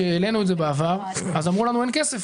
העלינו את זה בעבר אמרו לנו שאין כסף.